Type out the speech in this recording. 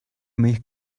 моих